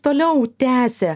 toliau tęsė